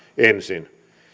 ensin